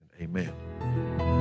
amen